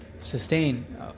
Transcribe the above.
sustain